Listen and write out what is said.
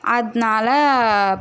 அதனால